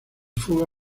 fuga